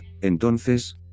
Entonces